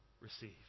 receive